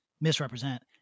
misrepresent